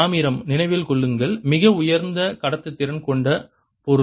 தாமிரம் நினைவில் கொள்ளுங்கள் மிக உயர்ந்த கடத்துத்திறன் கொண்ட பொருள்